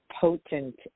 potent